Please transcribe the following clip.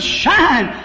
shine